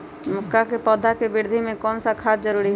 मक्का के पौधा के वृद्धि में कौन सा खाद जरूरी होगा?